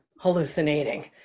hallucinating